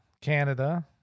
Canada